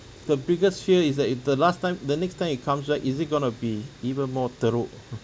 the biggest fear is that if the last time the next time it comes back is it going to be even more teruk